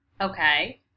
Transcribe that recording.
Okay